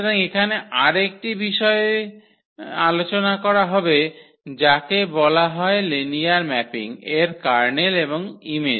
সুতরাং এখানে আর একটি বিষয় আলোচনা করা হবে যাকে বলা হয় লিনিয়ার ম্যাপিং এর কার্নেল এবং ইমেজ